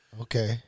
Okay